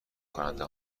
کننده